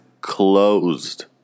closed